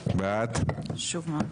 חמישה.